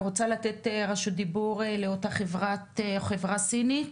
אני רוצה לתת רשות דיבור לאותה חברה סינית,